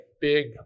big